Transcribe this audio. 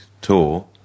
tour